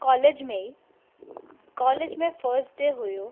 college में ई college में फस्ट डे हुओ